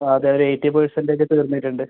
ആ അതെ ഒരു എയ്റ്റി പെർസൻറ്റേജ് തീർന്നിട്ടുണ്ട്